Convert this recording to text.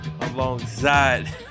alongside